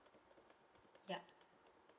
yup